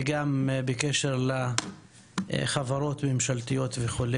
וגם בקשר לחברות ממשלתיות וכו'.